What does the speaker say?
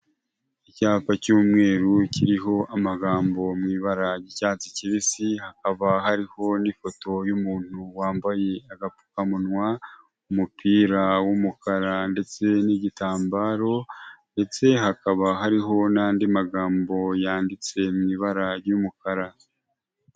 Icyapa cy'umweru kiriho amagambo ari mu bara ry'icyatsi kibisi hakaba hariho n'ifoto y'umuntu wambaye agapfukamunwa umupira w'umukara ndetse n'igitambaro ndetse hakaba hariho n'andi magambo yanditse mui ibara ry'umukara.